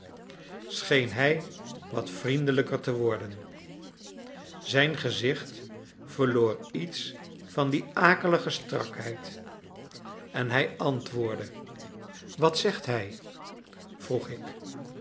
scheen hij wat vriendelijker te worden zijn gezicht verloor iets van die akelige strakheid en hij antwoordde wat zegt hij vroeg ik